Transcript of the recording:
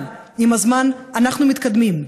אבל עם הזמן אנחנו מתקדמים,